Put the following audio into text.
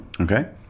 Okay